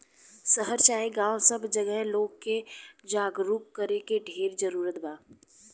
शहर चाहे गांव सब जगहे लोग के जागरूक करे के ढेर जरूरत बा